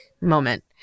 moment